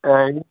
त